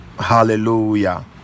hallelujah